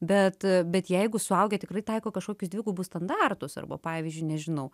bet bet jeigu suaugę tikrai taiko kažkokius dvigubus standartus arba pavyzdžiui nežinau